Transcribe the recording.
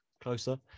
Closer